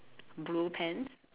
blue pants